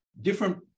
different